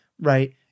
right